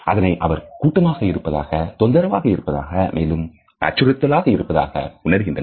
அதனை அவர் கூட்டமாக இருப்பதாக தொந்தரவாக இருப்பதாக மேலும் அச்சுறுத்தலாக இருப்பதாக உணர்கிறார்